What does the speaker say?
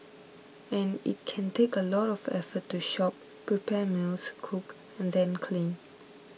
and it can take a lot of effort to shop prepare meals cook and then clean